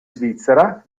svizzera